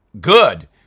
good